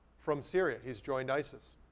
from syria, he's joined isis.